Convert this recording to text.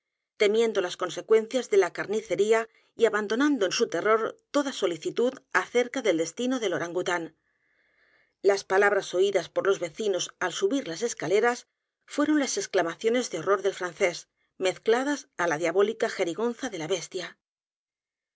temiendo las consecuencias de la carnicería y abandonando en su terror toda solicitud acerca del deslino dei orangután las palabras oídas por los vecinos al subir la escaleras fueron las exclamaciones de horror del francés mezcladas á la diabólica jerigonza de la bestia